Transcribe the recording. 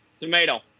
Tomato